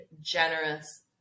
generous